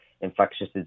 infectious